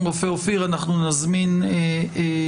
שרון רופא אופיר, אנחנו נזמין אותה.